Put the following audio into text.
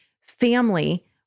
family